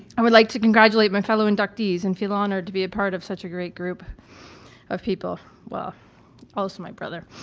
i would like to congratulate my fellow inductees and feel honored to be a part of such a great group of people, well also my brother.